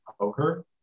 poker